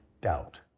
Doubt